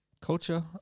culture